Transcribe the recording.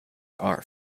are